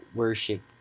worship